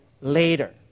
later